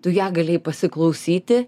tu ją galėjai pasiklausyti